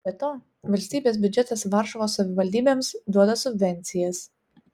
be to valstybės biudžetas varšuvos savivaldybėms duoda subvencijas